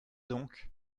donc